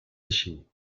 així